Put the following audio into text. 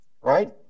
right